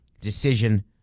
decision